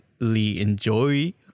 enjoy